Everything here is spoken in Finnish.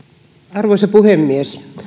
arvoisa puhemies